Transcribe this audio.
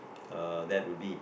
uh that would be